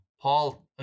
Paul